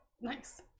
nice